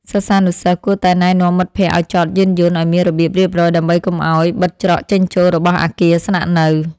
សិស្សានុសិស្សគួរតែណែនាំមិត្តភក្តិឱ្យចតយានយន្តឱ្យមានរបៀបរៀបរយដើម្បីកុំឱ្យបិទច្រកចេញចូលរបស់អគារស្នាក់នៅ។